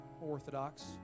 orthodox